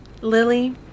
Lily